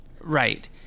Right